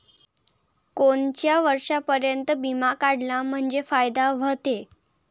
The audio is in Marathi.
कोनच्या वर्षापर्यंत बिमा काढला म्हंजे फायदा व्हते?